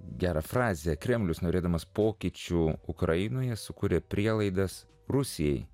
gera frazė kremlius norėdamas pokyčių ukrainoje sukuria prielaidas rusijai